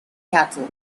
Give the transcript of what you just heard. cattle